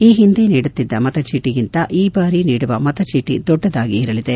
ಈ ಹಿಂದೆ ನೀಡುತ್ತಿದ್ದ ಮತ ಚೀಟಿಗಿಂತ ಈ ಬಾರಿ ನೀಡುವ ಮತ ಚೀಟ ದೊಡ್ಡದಾಗಿರಲಿದೆ